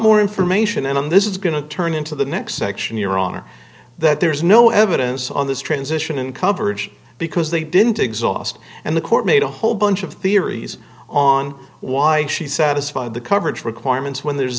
more information on this is going to turn into the next section your honor that there's no evidence on this transition in coverage because they didn't exhaust and the court made a whole bunch of theories on why she's satisfied the coverage requirements when there's